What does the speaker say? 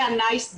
וה'נייס גאי',